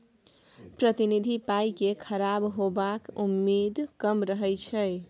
प्रतिनिधि पाइ केँ खराब हेबाक उम्मेद कम रहै छै